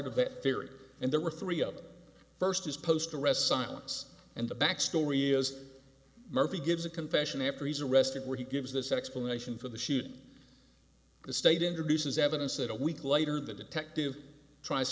of that theory and there were three other first is post arrest silence and the back story is murphy gives a confession after he's arrested where he gives this explanation for the shoot the state introduces evidence that a week later the detective tries